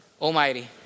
Almighty